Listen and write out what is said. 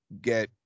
get